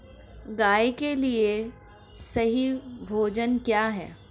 गाय के लिए सही भोजन क्या है?